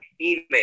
Email